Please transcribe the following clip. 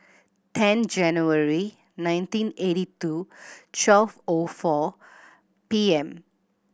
ten January nineteen eighty two twelve O four P M